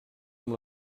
amb